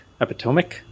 epitomic